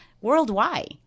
worldwide